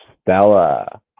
Stella